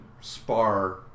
spar